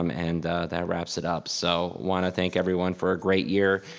um and that wraps it up, so wanna thank everyone for a great year,